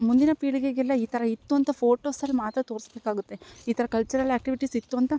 ಮುಂದಿನ ಪೀಳಿಗೆಗೆಲ್ಲ ಈ ಥರ ಇತ್ತು ಅಂತ ಫೋಟೋಸಲ್ಲಿ ಮಾತ್ರ ತೋರಿಸ್ಬೇಕಾಗುತ್ತೆ ಈ ಥರ ಕಲ್ಚರಲ್ ಆಕ್ಟಿವಿಟೀಸ್ ಇತ್ತು ಅಂತ